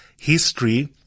history